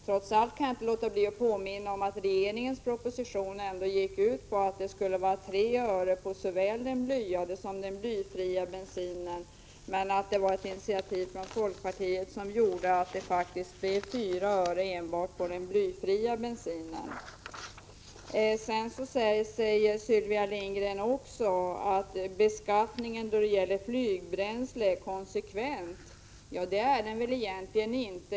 Trots allt kan jag inte låta bli att påminna om att förslaget i regeringens proposition går ut på en höjning med 3 öre av såväl den blyade som den blyfria bensinen, medan det tack vare ett initiativ från folkpartiet nu föreligger förslag om höjning med 4 öre enbart av den icke blyfria bensinen. Vidare säger Sylvia Lindgren att beskattningen av flygbränsle är konse kvent. Det är den egentligen inte.